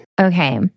Okay